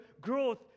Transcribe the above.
growth